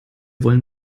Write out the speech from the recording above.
wollen